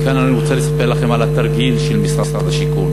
כאן אני רוצה לספר לכם על התרגיל של משרד השיכון.